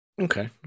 okay